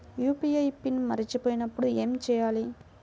UPI PIN మరచిపోయినప్పుడు ఏమి చేయాలి?